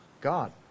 God